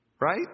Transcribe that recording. right